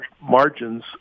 margins